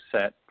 set